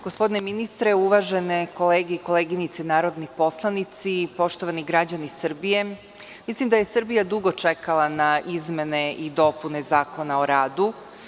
Gospodine ministre, uvažene kolege i koleginice narodni poslanici, poštovani građani Srbije, mislim da je Srbija dugo čekala na izmene i dopune zakona o radu.